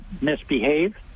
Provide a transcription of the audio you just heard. misbehave